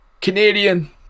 canadian